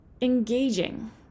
engaging